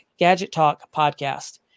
gadgettalkpodcast